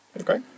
Okay